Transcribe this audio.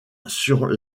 sur